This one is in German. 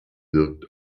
wirkt